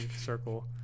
circle